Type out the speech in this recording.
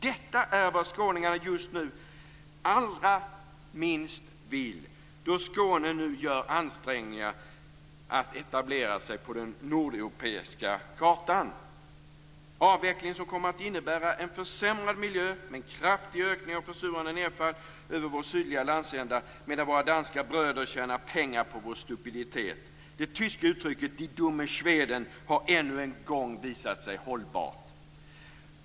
Detta är vad skåningarna just nu allra minst vill, då Skåne nu gör ansträngningar för att etablera sig på den nordeuropeiska kartan. Avvecklingen kommer att innebära en försämrad miljö med en kraftig ökning av försurande nedfall över vår sydliga landsända, medan våra danska bröder tjänar pengar på vår stupiditet. Det tyska uttrycket die dumme Schweden har ännu en gång visat sig hållbart.